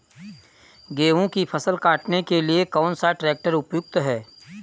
गेहूँ की फसल काटने के लिए कौन सा ट्रैक्टर उपयुक्त है?